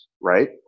Right